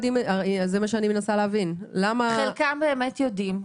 חלקם יודעים,